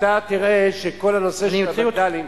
אתה תראה שכל הנושא של הווד"לים,